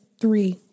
three